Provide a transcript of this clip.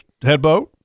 headboat